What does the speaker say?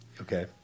Okay